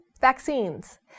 vaccines